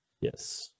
Yes